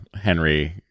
Henry